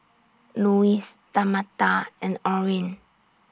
Luis Tamatha and Orin